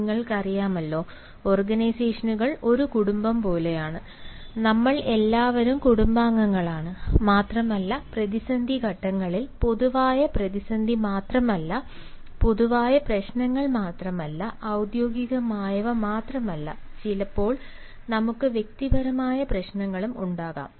നിങ്ങൾക്കറിയാമല്ലോ ഓർഗനൈസേഷനുകൾ ഒരു കുടുംബം പോലെയാണ് നമ്മൾ എല്ലാവരും കുടുംബാംഗങ്ങളാണ് മാത്രമല്ല പ്രതിസന്ധി ഘട്ടങ്ങളിൽ പൊതുവായ പ്രതിസന്ധി മാത്രമല്ല പൊതുവായപ്രശ്നങ്ങൾ മാത്രമല്ല ഔദ്യോഗികമായവ മാത്രമല്ല ചിലപ്പോൾ നമുക്ക് വ്യക്തിപരമായ പ്രശ്നങ്ങളും ഉണ്ടാകാം